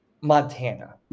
Montana